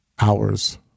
hours